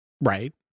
Right